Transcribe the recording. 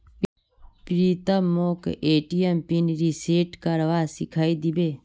प्रीतम मोक ATM pin reset करवा सिखइ दी बे